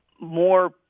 more